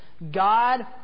God